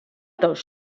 those